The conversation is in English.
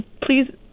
Please